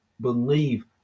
believe